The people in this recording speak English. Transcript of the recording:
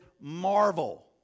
marvel